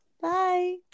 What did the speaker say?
Bye